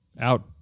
out